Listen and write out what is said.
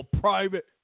private